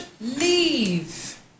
leave